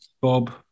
Bob